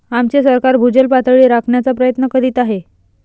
आमचे सरकार भूजल पातळी राखण्याचा प्रयत्न करीत आहे